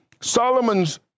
Solomon's